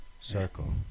circle